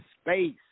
space